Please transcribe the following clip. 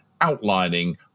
outlining